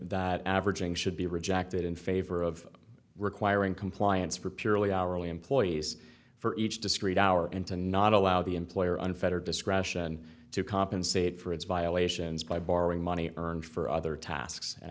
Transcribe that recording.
that averaging should be rejected in favor of requiring compliance for purely hourly employees for each discrete hour into not allow the employer unfettered discretion to compensate for its violations by borrowing money earned for other tasks and